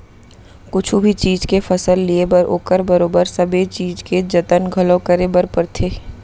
कुछु भी चीज के फसल लिये बर ओकर बरोबर सबे चीज के जतन घलौ करे बर परथे